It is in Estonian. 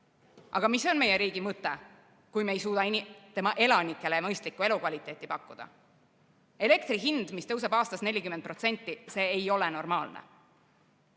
mis on meie riigi mõte, kui me ei suuda oma elanikele mõistlikku elukvaliteeti pakkuda? Elektri hind, mis tõuseb aastas 40%, ei ole normaalne.